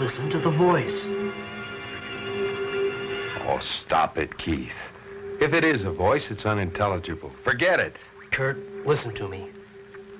listen to the voice or stop it keith if it is a voice it's unintelligible forget it curt listen to me